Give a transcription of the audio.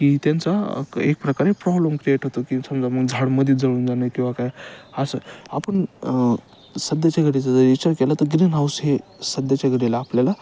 की त्यांचा एक प्रकारे प्रॉब्लेम क्रिएट होतो की समजा मग झाड मध्येच जळून जाणं किंवा काय असं आपण सध्याच्या घडीचा जर विचार केला तर ग्रीन हाऊस हे सध्याच्या घडीला आपल्याला